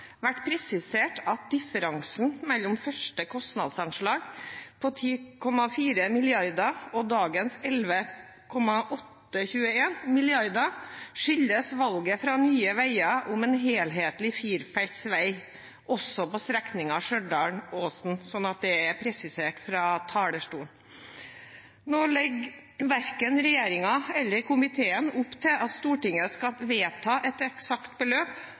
vært presisert at differansen mellom første kostnadsanslag på 10,4 mrd. kr og dagens på 11,821 mrd. kr skyldes valget fra Nye Veier om en helhetlig firefelts vei også på strekningen Stjørdal–Åsen. Så er det presisert fra talerstolen. Nå legger verken regjeringen eller komiteen opp til at Stortinget skal vedta et eksakt beløp,